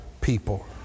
people